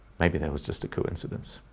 maybe there was just a coincidence.